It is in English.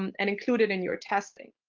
um and include it in your testing.